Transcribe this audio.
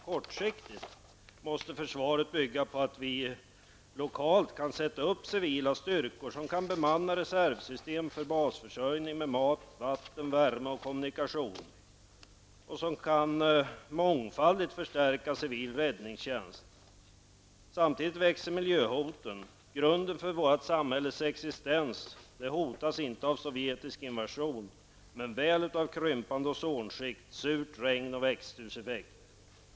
Kortsiktigt måste försvaret bygga på att vi lokalt kan sätta upp civila styrkor som kan bemanna reservsystem för basförsörjning med mat, vatten, värme och kommunikationer och som kan mångfaldigt förstärka civil räddningstjänst. Men samtidigt växer miljöhoten. Vårt samhälles existens hotas inte i grunden av en sovjetisk invasion men väl av krympande ozonskikt, av surt regn och av växthuseffekten.